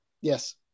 Yes